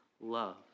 love